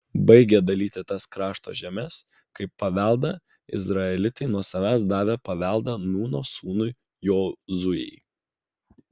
baigę dalyti tas krašto žemes kaip paveldą izraelitai nuo savęs davė paveldą nūno sūnui jozuei